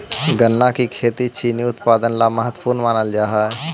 गन्ना की खेती चीनी उत्पादन ला महत्वपूर्ण मानल जा हई